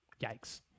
Yikes